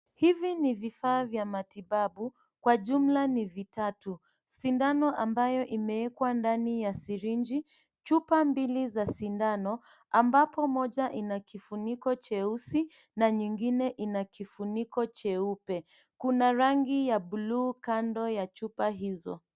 Hivi ni vifaa vya matibabu kwa jumla ni vitatu, sindano ambayo imewekwa ndani ya firiji, chupa mbili za sindano ambapo moja ina kifuniko cheusi na nyingine ina kifuniko cheupe, kuna rangi ya bluu kando ya chupa hizo.